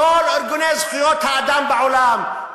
כל ארגוני זכויות האדם בעולם,